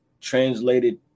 translated